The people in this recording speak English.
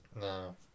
No